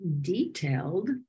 detailed